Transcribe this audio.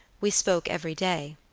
we spoke every day.